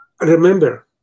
remember